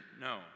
no